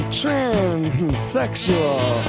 transsexual